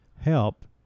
help